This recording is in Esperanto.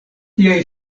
tiaj